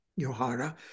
yohara